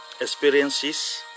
experiences